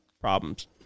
problems